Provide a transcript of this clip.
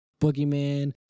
Boogeyman